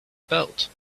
belt